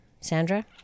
Sandra